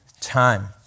time